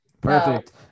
Perfect